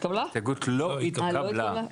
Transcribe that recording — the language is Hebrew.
ההסתייגות לא התקבלה.